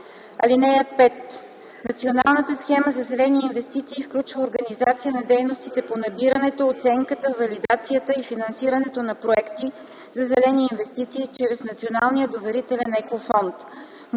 ал. 3. (5) Националната схема за зелени инвестиции включва организация на дейностите по набирането, оценката, валидацията и финансирането на проекти за зелени инвестиции чрез Националния доверителен екофонд